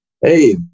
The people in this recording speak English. Hey